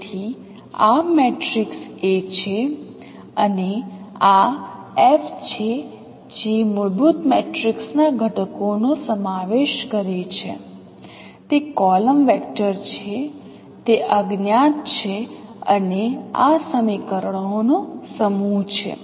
તેથી આ matrix A છે અને આ f છે જે મૂળભૂત મેટ્રિક્સના ઘટકોનો સમાવેશ કરે છે તે કોલમ વેક્ટર છે તે અજ્ઞાત છે અને આ સમીકરણોનો સમૂહ છે